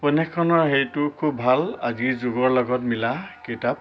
উপন্যাসখনৰ হেৰিটো খুব ভাল আজিৰ যুগৰ লগত মিলা কিতাপ